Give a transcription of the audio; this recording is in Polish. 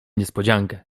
niespodziankę